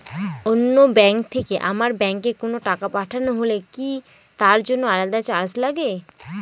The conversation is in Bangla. অন্য ব্যাংক থেকে আমার ব্যাংকে কোনো টাকা পাঠানো হলে কি তার জন্য আলাদা চার্জ লাগে?